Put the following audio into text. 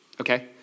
Okay